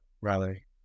rally